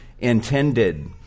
intended